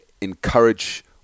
encourage